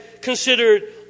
considered